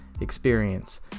Experience